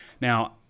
Now